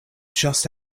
just